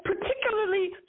Particularly